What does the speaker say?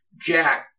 Jack